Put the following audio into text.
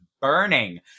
burning